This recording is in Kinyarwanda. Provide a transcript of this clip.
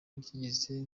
nigeze